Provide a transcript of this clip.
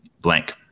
blank